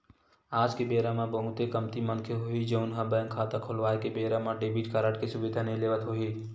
आज के बेरा म बहुते कमती मनखे होही जउन ह बेंक खाता खोलवाए के बेरा म डेबिट कारड के सुबिधा नइ लेवत होही